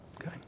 Okay